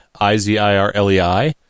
I-Z-I-R-L-E-I